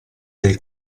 del